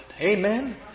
Amen